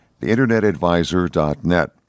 theinternetadvisor.net